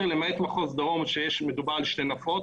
למעט מחוז דרום שמדובר על שתי נפות,